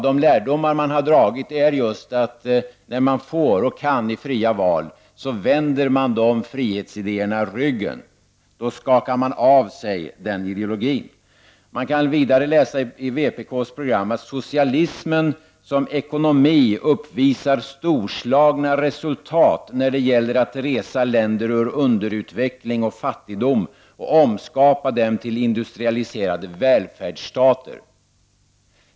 De lärdomar man har dragit är just att när man får och kan i fria val så vänder man de frihetsidéerna ryggen och skakar av sig den ideologin. Man kan vidare läsa i vpk-s program att socialismen som ekonomi uppvisar storslagna resultat när det gäller att resa länder ur underutveckling och fattigdom och omskapa dem till industrialiserade välfärdsstater.